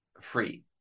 free